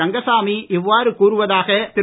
ரங்கசாமி இவ்வாறு கூறுவதாக திரு